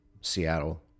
Seattle